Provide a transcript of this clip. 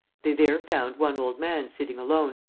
they there found one old man sitting alone,